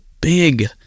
big